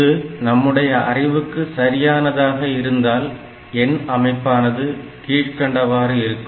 இது நம்முடைய அறிவுக்கு சரியானதாக இருந்தால் எண் அமைப்பானது கீழ்க்கண்டவாறு இருக்கும்